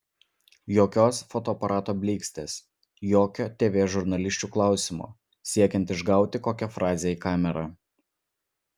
jokios fotoaparato blykstės jokio tv žurnalisčių klausimo siekiant išgauti kokią frazę į kamerą